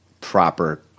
proper